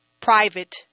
private